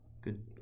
good